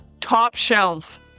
top-shelf